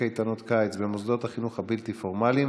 קייטנות קיץ במוסדות החינוך הבלתי-פורמליים,